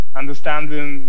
understanding